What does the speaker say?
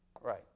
Right